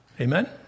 Amen